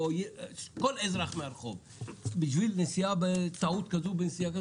כל אזרח מהרחוב בשביל טעות בנסיעה,